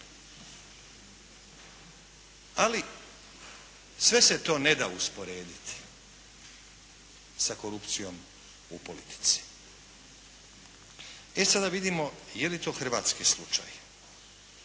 ali sve se to ne da usporediti sa korupcijom u politici. E sada vidimo je li to hrvatski slučaj.